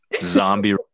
Zombie